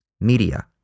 media